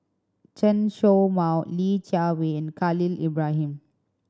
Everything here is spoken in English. Chen Show Mao Li Jiawei and Khalil Ibrahim